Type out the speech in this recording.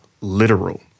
literal